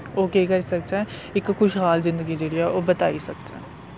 ओह् केह् करी सकचै इक खुशहाल जिंदगी जेह्ड़ी ऐ ओह् बिताई सकचै